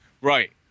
Right